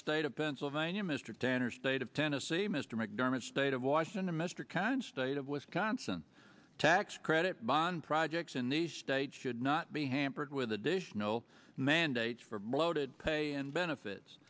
state of pennsylvania mr tanner state of tennessee mr macdermot state of washington mr conne state of wisconsin tax credit bond projects in the state should not be hampered with additional mandates for bloated pay and benefits